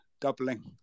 doubling